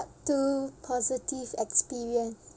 part two positive experience